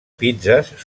pizzes